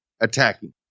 attacking